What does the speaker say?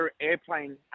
airplane